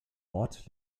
ort